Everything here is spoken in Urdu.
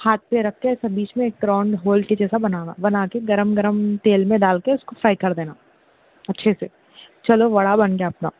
ہاتھ پہ رکھ کے ایسا بیچ میں راونڈ ہول کے جیسا بنانا بنا کے گرم گرم تیل میں ڈال کے اس کو فرائی کر دینا اچھے سے چلو وڑا بن گیا اپنا